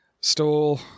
stole